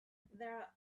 there